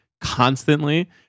constantly